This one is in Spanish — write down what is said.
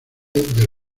del